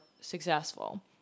successful